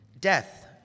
death